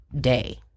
day